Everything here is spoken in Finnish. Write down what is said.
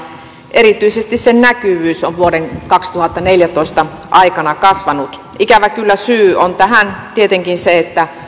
erityisesti sen näkyvyys on vuoden kaksituhattaneljätoista aikana kasvanut ikävä kyllä syy on tähän tietenkin se että